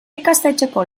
ikastetxeko